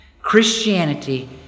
Christianity